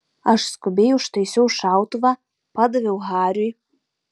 aš skubiai užtaisiau šautuvą padaviau hariui